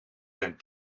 zijn